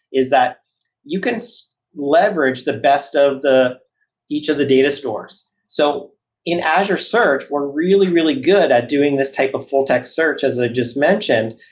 is that you can so leverage the best of each of the data stores. so in azure search, we're really, really good at doing this type of full-text search as i just mentioned,